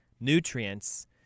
nutrients